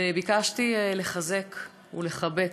וביקשתי לחזק ולחבק.